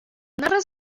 narra